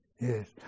Yes